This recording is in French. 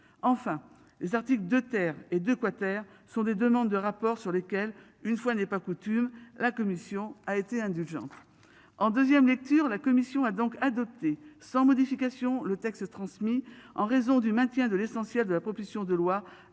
Enfin, les articles de terre et de quater sont des demandes de rapports sur lesquels une fois n'est pas coutume, la commission a été indulgent. En 2ème lecture. La commission a donc adopté sans modification le texte transmis en raison du maintien de l'essentiel de la proposition de loi adoptée